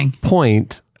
point